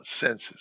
senses